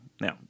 Now